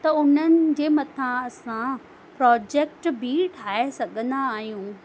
त उन्हनि जे मथां असां प्रोजेक्ट बि ठाहे सघंदा आहियूं